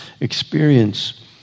experience